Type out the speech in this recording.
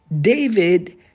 David